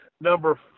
Number